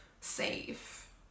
safe